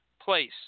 place